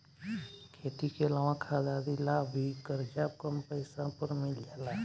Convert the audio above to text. खेती के अलावा खाद आदि ला भी करजा कम पैसा पर मिल जाला